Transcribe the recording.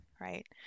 right